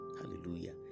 hallelujah